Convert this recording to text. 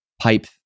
pipe